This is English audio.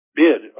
bid